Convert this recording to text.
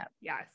Yes